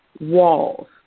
walls